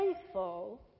faithful